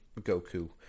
Goku